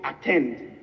attend